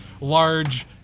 large